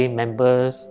members